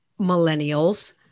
millennials